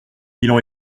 bilan